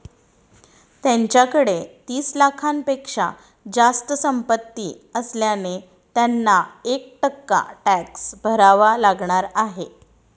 त्यांच्याकडे तीस लाखांपेक्षा जास्त संपत्ती असल्याने त्यांना एक टक्का टॅक्स भरावा लागणार आहे